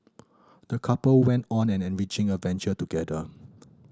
the couple went on an enriching adventure together